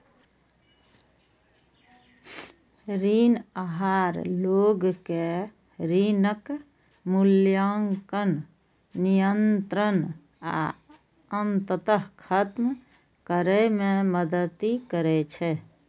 ऋण आहार लोग कें ऋणक मूल्यांकन, नियंत्रण आ अंततः खत्म करै मे मदति करै छै